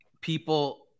people